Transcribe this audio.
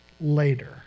later